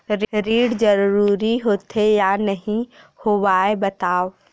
ऋण जरूरी होथे या नहीं होवाए बतावव?